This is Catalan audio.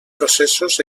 processos